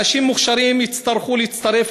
אנשים מוכשרים יצטרכו להצטרף,